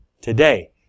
today